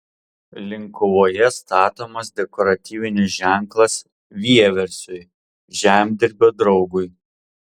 linkuvoje statomas dekoratyvinis ženklas vieversiui žemdirbio draugui